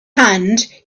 hand